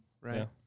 Right